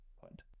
point